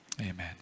Amen